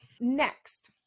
Next